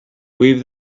weave